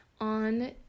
on